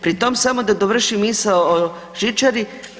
Pri tom samo da dovršim misao o žičari.